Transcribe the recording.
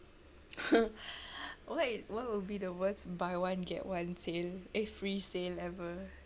wha~ what would be the worst buy one get one sale eh free sale ever